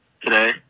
today